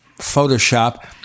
Photoshop